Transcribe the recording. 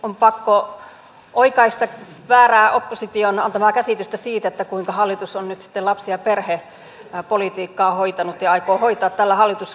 on pakko oikaista opposition antamaa väärää käsitystä siitä kuinka hallitus on nyt sitten lapsi ja perhepolitiikkaa hoitanut ja aikoo hoitaa tällä hallituskaudella